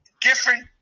different